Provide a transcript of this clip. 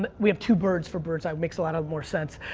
and we have two birds for birds eye. makes a lot of more sense.